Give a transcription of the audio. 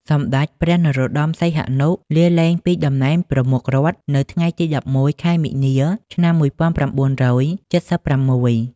សម្តេចព្រះ នរោត្តម សីហនុ លាលែងពីតំណែងប្រមុខរដ្ឋនៅថ្ងៃទី១១ ខែមីនា ឆ្នាំ១៩៧៦។